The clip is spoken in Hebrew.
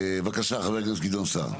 בבקשה, חבר הכנסת גדעון סער.